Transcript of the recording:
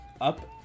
up